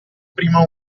prima